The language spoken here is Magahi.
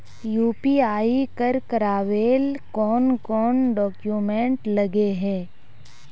यु.पी.आई कर करावेल कौन कौन डॉक्यूमेंट लगे है?